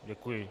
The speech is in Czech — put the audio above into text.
Děkuji.